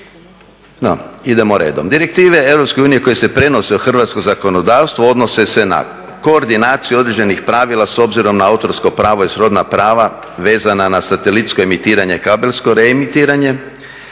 No, idemo redom. Direktive EU koje se prenose u hrvatsko zakonodavstvo odnose se na koordinaciju određenih pravila s obzirom na autorsko pravo i srodna prava vezana na satelitsko emitiranje i kabelsko reemitiranje,